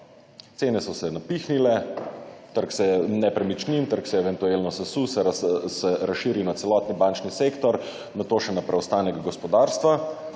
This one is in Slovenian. Cene so se napihnile, nepremičnin, trg se je eventualno sesul, se razširil na celotni bančni sektor, nato še na preostanek gospodarstva